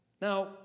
Now